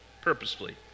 purposefully